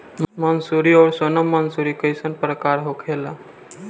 मंसूरी और सोनम मंसूरी कैसन प्रकार होखे ला?